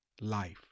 life